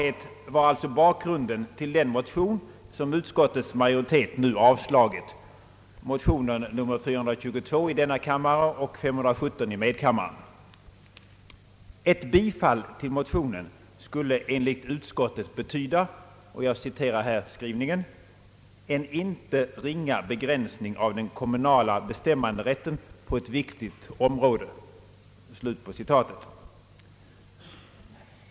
Ett bifall till motionerna skulle enligt utskottet betyda »en inte ringa begräns ning av den kommunala självbestämmanderätten på ett viktigt område».